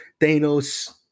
Thanos